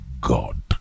God